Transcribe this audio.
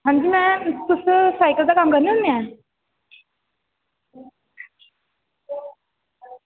आं जी मैम तुस साईकिल दा कम्म करने होन्ने आं